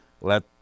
Let